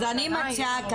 אז אני מציעה ככה,